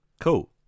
Cool